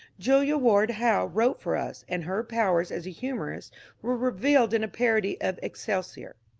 julia ward howe wrote for us, and her powers as a humourist were revealed in a parody of excelsior.